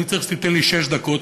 אני צריך שתיתן לי שש דקות,